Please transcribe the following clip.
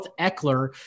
Eckler